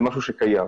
זה משהו שקיים.